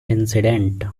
incident